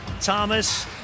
Thomas